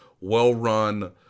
well-run